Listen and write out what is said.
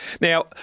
Now